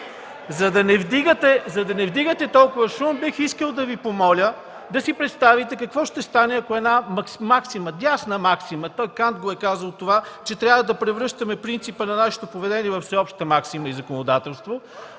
За да не вдигате толкова шум, бих искал да Ви помоля да си представите какво ще стане, ако една дясна максима – Кант е казал това, че трябва да превръщаме принципа на нашето поведение във всеобща максима и законодателство